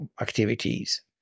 activities